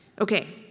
Okay